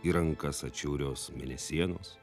į rankas atšiaurios mėnesienos